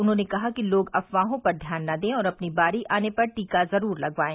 उन्होंने कहा कि लोग अफवाहों पर ध्यान न दें और अपनी बारी आने पर टीका जरूर लगवायें